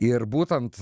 ir būtent